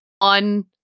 on